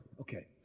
okay